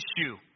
issue